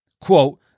quote